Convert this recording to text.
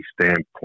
standpoint